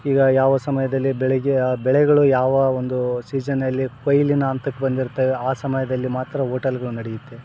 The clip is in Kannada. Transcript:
ಈಗ ಯಾವ ಸಮಯದಲ್ಲಿ ಬೆಳಗ್ಗೆ ಆ ಬೆಳೆಗಳು ಯಾವ ಒಂದು ಸೀಸನಲ್ಲಿ ಕೊಯ್ಲಿನ ಹಂತಕ್ ಬಂದಿರ್ತವೆ ಆ ಸಮಯದಲ್ಲಿ ಮಾತ್ರ ಹೋಟೆಲ್ಗಳು ನಡಿಯುತ್ತೆ